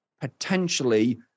potentially